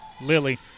Lily